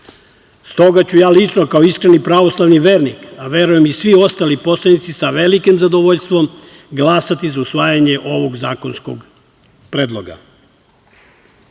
Stoga ću ja lično kao iskreni pravoslavni vernik, a verujem i svi ostali poslanici, sa velikim zadovoljstvom glasati za usvajanje ovog zakonskog predloga. Poštovani